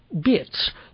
bits